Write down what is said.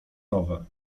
nowe